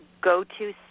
go-to